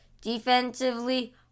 Defensively